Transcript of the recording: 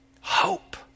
Hope